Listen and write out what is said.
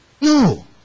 No